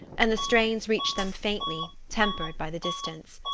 and the strains reached them faintly, tempered by the distance.